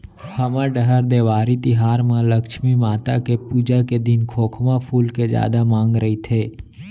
हमर डहर देवारी तिहार म लक्छमी माता के पूजा के दिन खोखमा फूल के जादा मांग रइथे